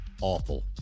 awful